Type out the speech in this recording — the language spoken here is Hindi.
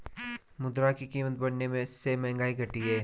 मुद्रा की कीमत बढ़ने से महंगाई घटी है